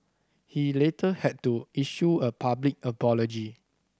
he later had to issue a public apology